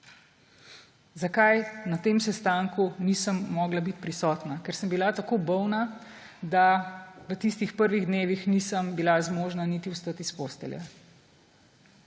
zakaj na tem sestanku nisem mogla biti prisotna, ker sem bila tako bolna, da v tistih prvih dnevih nisem bila zmožna niti vstati iz postelje.